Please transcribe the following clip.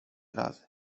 razy